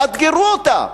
תאתגרו אותה.